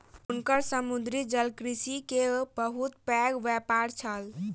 हुनकर समुद्री जलकृषि के बहुत पैघ व्यापार छल